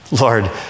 Lord